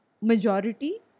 majority